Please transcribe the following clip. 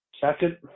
Second